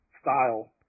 style